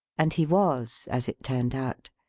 and he was, as it turned out.